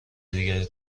دیگری